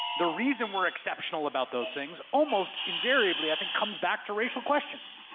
the reason we're exceptional about those things almost invariably i think comes back to racial questions.